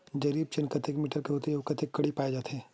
जरीब चेन कतेक मीटर के होथे व कतेक कडी पाए जाथे?